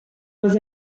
was